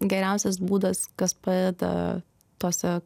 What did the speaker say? geriausias būdas kas padeda tose